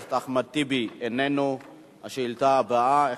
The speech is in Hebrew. בסדר, לא נשחית את זמנם של